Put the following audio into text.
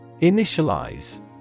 Initialize